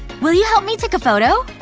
will you help me take a photo?